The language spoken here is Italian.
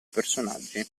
personaggi